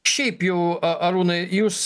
šiaip jau arūnai jūs